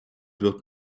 wird